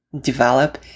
develop